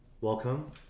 Welcome